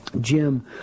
Jim